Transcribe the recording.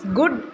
good